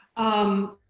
um